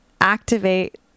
activate